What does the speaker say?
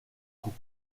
cook